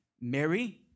Mary